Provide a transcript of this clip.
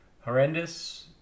horrendous